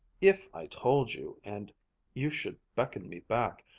if i told you, and you should beckon me back,